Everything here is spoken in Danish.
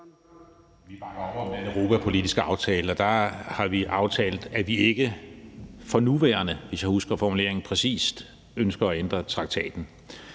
Vi bakker op om den europapolitiske aftale, og der har vi aftalt, at vi ikke for nuværende, hvis jeg husker formuleringen præcist, ønsker at ændre traktaten.